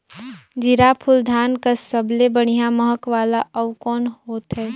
जीराफुल धान कस सबले बढ़िया महक वाला अउ कोन होथै?